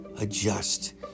Adjust